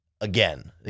again